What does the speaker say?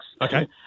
Okay